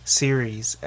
series